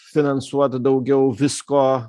finansuot daugiau visko